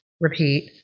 repeat